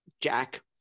Jack